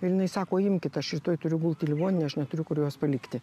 ir jinai sako imkit aš rytoj turiu gult į ligoninę aš neturiu kur jos palikti